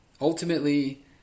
ultimately